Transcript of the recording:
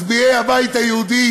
מצביעי הבית היהודי